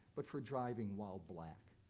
but for driving while black.